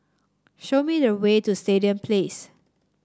show me the way to Stadium Place